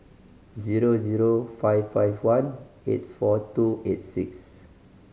zero zero five five one eight four two eight six